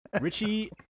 richie